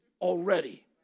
already